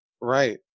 Right